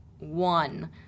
one